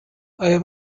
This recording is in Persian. آیا